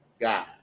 God